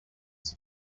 iki